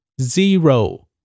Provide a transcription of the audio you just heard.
Zero